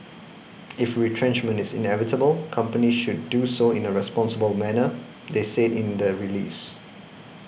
if retrenchment is inevitable companies should do so in a responsible manner they said in the release